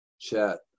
chat